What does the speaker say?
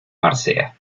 marcea